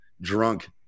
drunk